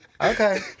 Okay